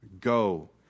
go